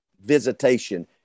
visitation